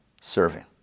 serving